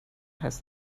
heißt